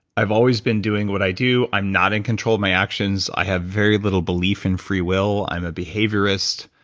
i've always been doing what i do. i'm not in control of my actions. i have very little belief in freewill. i'm a behaviorist.